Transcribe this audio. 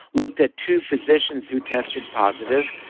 looked at two physicians who tested positive.